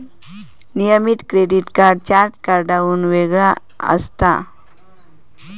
नियमित credit card charge कार्डाहुन वेगळा असता